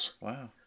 Wow